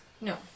No